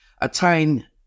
attain